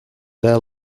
their